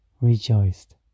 Rejoiced